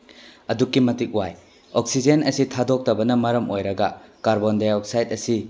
ꯑꯗꯨꯛꯀꯤ ꯃꯇꯤꯛ ꯋꯥꯏ ꯑꯣꯛꯁꯤꯖꯦꯟ ꯑꯁꯤ ꯊꯥꯗꯣꯛꯇꯕꯅ ꯃꯔꯝ ꯑꯣꯏꯔꯒ ꯀꯥꯔꯕꯣꯟꯗꯥꯏ ꯑꯣꯛꯁꯥꯏꯗ ꯑꯁꯤ